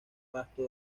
pasto